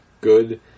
good